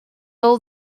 all